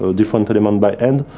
ah different element, by hand,